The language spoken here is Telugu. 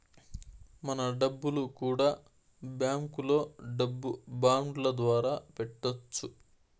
మన డబ్బులు కూడా బ్యాంకులో డబ్బు బాండ్ల ద్వారా పెట్టొచ్చు